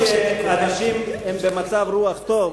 שאנשים במצב רוח טוב.